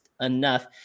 enough